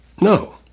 No